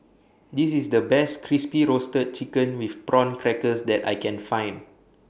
This IS The Best Crispy Roasted Chicken with Prawn Crackers that I Can Find